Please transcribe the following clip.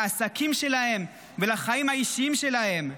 לעסקים שלהם ולחיים האישיים שלהם,